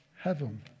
heaven